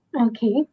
Okay